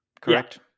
correct